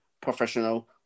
professional